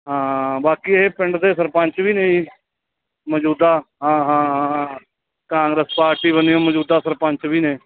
ਹਾਂ ਬਾਕੀ ਇਹ ਪਿੰਡ ਦੇ ਸਰਪੰਚ ਵੀ ਨੇ ਜੀ ਮੌਜੂਦਾ ਹਾਂ ਹਾਂ ਹਾਂ ਕਾਂਗਰਸ ਪਾਰਟੀ ਬਣੀ ਉਹ ਮੌਜੂਦਾ ਸਰਪੰਚ ਵੀ ਨੇ